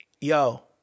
yo